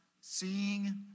seeing